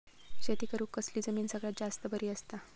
शेती करुक कसली जमीन सगळ्यात जास्त बरी असता?